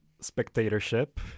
spectatorship